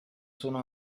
sono